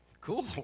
Cool